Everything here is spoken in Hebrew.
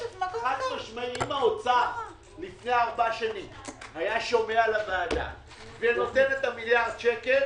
אם האוצר לפני ארבע שנים היה שומע לוועדה ונותן את המיליארד שקל,